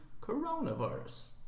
coronavirus